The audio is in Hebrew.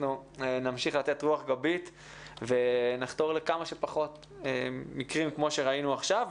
אנחנו נמשיך לתת רוח גבית ונחתור לכמה שפחות מקרים כמו שראינו עכשיו.